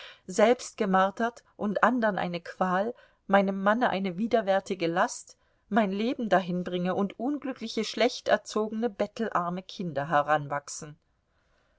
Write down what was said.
selbst gemartert und andern eine qual meinem manne eine widerwärtige last mein leben dahinbringe und unglückliche schlecht erzogene bettelarme kinder heranwachsen